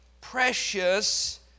precious